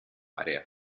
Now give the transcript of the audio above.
area